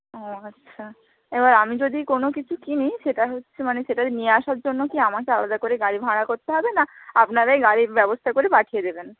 ও আচ্ছা এবার আমি যদি কোনো কিছু কিনি সেটা হচ্ছে মানে সেটা যে নিয়ে আসার জন্য কি আমাকে আলাদা করে গাড়ি ভাড়া করতে হবে না আপনারাই গাড়ির ব্যবস্থা করে পাঠিয়ে দেবেন